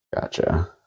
Gotcha